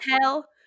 hell